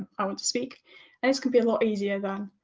i want to speak and this can be a lot easier than,